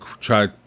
try